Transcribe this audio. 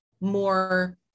more